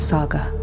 Saga